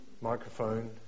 microphone